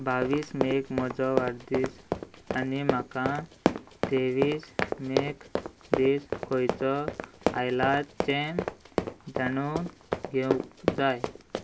बावीस मेक म्हजो वाडदीस आनी म्हाका तेवीस मेक दीस खंयचो आयलाचे जाणून घेवंक जाय